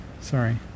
Sorry